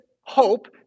hope